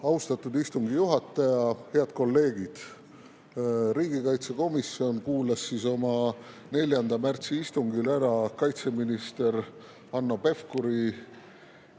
Austatud istungi juhataja! Head kolleegid! Riigikaitsekomisjon kuulas oma 4. märtsi istungil ära kaitseminister Hanno Pevkuri